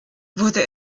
wurde